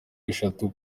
eshatu